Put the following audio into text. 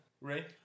Ray